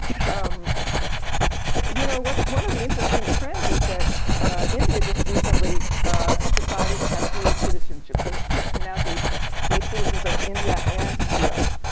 um you know one of the interesting trends is that india just recently ah decided to have dual citizenship. so people can now be be citizens of india and the us.